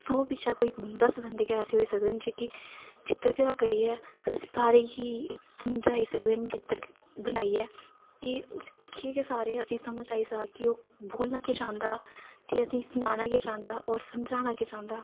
सौ बिच दा कोई दस्स बंदे गै ऐसे होई सकदे न कि जेह्के चित्रकारी करियै तुसें गी समझाई सकदे न कि चित्र बनाइयै तुसें सारें गी दिक्खियै समझ आई जा कि बोलना केह् चांहदा ते असेंगी सनाना केह् चांहदा होर समझाना केह् चांहदा